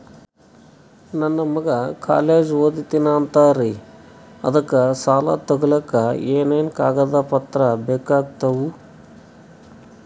ನನ್ನ ಮಗ ಕಾಲೇಜ್ ಓದತಿನಿಂತಾನ್ರಿ ಅದಕ ಸಾಲಾ ತೊಗೊಲಿಕ ಎನೆನ ಕಾಗದ ಪತ್ರ ಬೇಕಾಗ್ತಾವು?